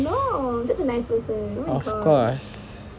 of course